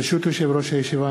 ברשות יושב-ראש הישיבה,